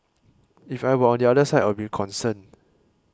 if I were on the other side I'd be concerned